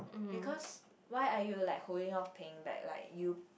because why are you like holding off paying back like you